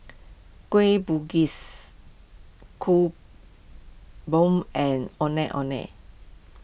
Kueh Bugis Kuih Bom and Ondeh Ondeh